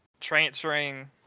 Transferring